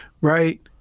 right